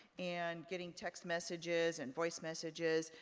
and getting text messages, and voice messages,